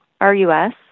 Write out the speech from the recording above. RUS